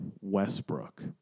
Westbrook